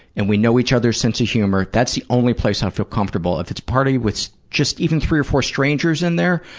and we know each other's sense of humor. that's the only place i feel comfortable. if it's a party with, just even three or four strangers in there,